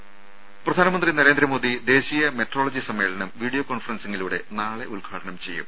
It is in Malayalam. രുഭ പ്രധാനമന്ത്രി നരേന്ദ്രമോദി ദേശീയ മെട്രോളജി സമ്മേളനം വിഡിയോ കോൺഫറൻസിംഗിലൂടെ നാളെ ഉദ്ഘാടനം ചെയ്യും